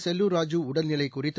செல்லூர் ராஜு உடல்நிலை குறித்து